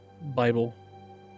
bible